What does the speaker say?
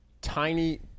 tiny